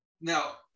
now